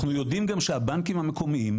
אנחנו יודעם גם שהבנקים המקומיים,